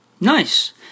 Nice